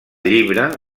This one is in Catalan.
llibre